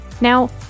Now